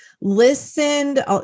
listened